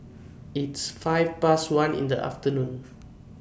its five Past one in The afternoon